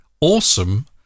awesome